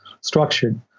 structured